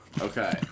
Okay